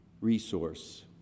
resource